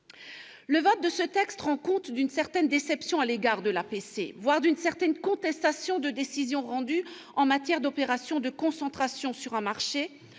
Le vote de ce texte rend compte d'une certaine déception à l'égard de l'APC, voire d'une certaine contestation de décisions rendues en matière d'opérations de concentration sur un marché,